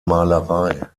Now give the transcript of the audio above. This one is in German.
malerei